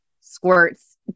squirts